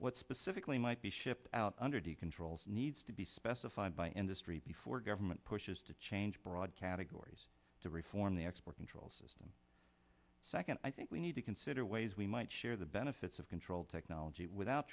what specifically might be shipped out under the controls needs to be specified by industry before government pushes to change broad categories to reform the export control system second i think we need to consider ways we might share the benefits of control technology without